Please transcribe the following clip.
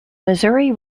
missouri